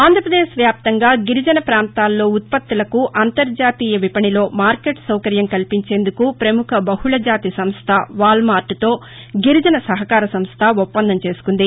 ఆంధ్రప్రదేశ్ వ్యాప్తంగా గిరిజన పాంతాలలో ఉత్పత్తులకు అంతర్జాతీయ విపణిలో మార్కెట్ సౌకర్యం కల్పించేందుకు ప్రముఖ బహుకజాతి సంస్ట వాల్ మార్ట్తో గిరిజన సహకార సంస్ట ఒప్పందం చేసుకుంది